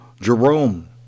Jerome